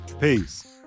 Peace